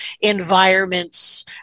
environments